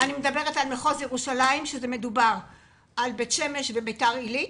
אני מדברת על מחוז ירושלים כשמדובר על בית שמש וביתר עילית,